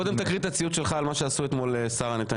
קודם תקריא את הציוץ שלך על מה שעשו אתמול לשרה נתניהו.